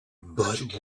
but